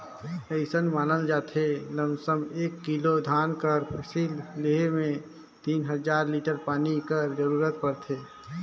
अइसन मानल जाथे लमसम एक किलो धान कर फसिल लेहे में तीन हजार लीटर पानी कर जरूरत परथे